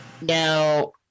Now